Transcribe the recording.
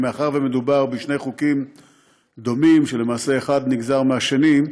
מאחר שמדובר בשני חוקים דומים שלמעשה האחד נגזר מהשני,